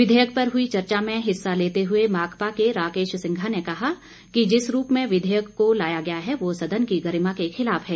विधेयक पर हुई चर्चा में हिस्सा लेते हुए माकपा के राकेश सिंघा ने कहा कि जिस रूप में विधेयक को लाया गया है वह सदन की गरिमा के खिलाफ है